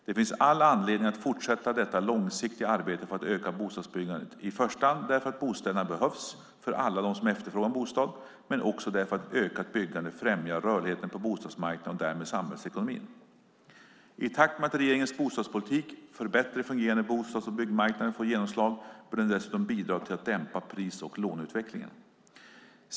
Det finns all anledning att fortsätta detta långsiktiga arbete för att öka bostadsbyggandet, i första hand därför att bostäderna behövs för alla de som efterfrågar en bostad, men också därför att ett ökat byggande främjar rörligheten på bostadsmarknaden och därmed samhällsekonomin. I takt med att regeringens bostadspolitik för bättre fungerande bostads och byggmarknader får genomslag bör den dessutom bidra till att dämpa pris och låneutvecklingen.